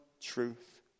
truth